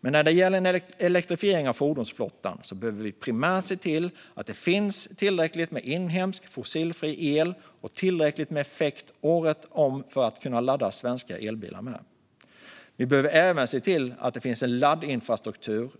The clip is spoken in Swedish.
Men när det gäller elektrifiering av fordonsflottan behöver vi primärt se till att det finns tillräckligt med inhemsk fossilfri el och tillräckligt med effekt året runt att ladda svenska elbilar med. Vi behöver även se till att det finns en laddinfrastruktur